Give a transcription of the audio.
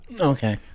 Okay